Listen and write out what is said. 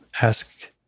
ask